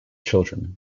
children